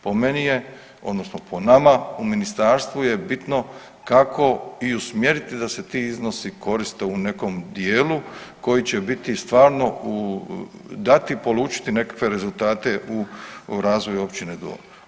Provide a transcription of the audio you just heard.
Po meni je, odnosno po nama u ministarstvu je bitno k kao i usmjeriti da se ti iznosi koriste u nekom dijelu koji će biti stvarno dati, polučiti nekakve rezultate u razvoju općine Dvor.